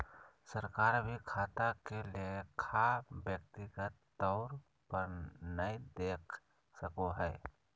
सरकार भी खाता के लेखा व्यक्तिगत तौर पर नय देख सको हय